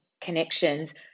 connections